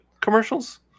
commercials